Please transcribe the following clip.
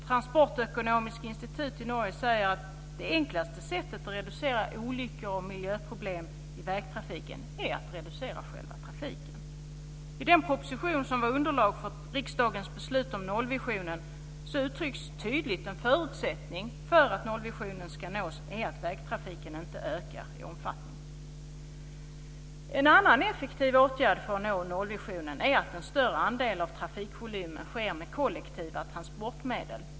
Transportøkonomisk institutt i Norge säger att det enklaste sättet att reducera olyckor och miljöproblem i vägtrafiken är att reducera själva trafiken. En annan effektiv åtgärd för att nå nollvisionen är att en större andel av trafikvolymen sker med kollektiva transportmedel.